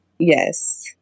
Yes